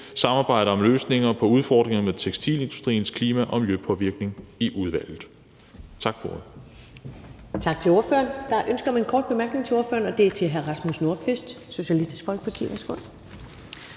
sammen om løsninger på udfordringerne med tekstilindustriens klima- og miljøpåvirkning. Tak